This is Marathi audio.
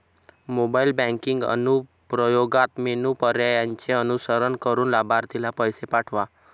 मोबाईल बँकिंग अनुप्रयोगात मेनू पर्यायांचे अनुसरण करून लाभार्थीला पैसे पाठवा